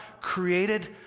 created